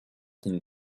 tin